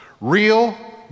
Real